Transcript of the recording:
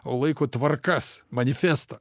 o laiko tvarkas manifesto